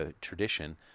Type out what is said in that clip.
tradition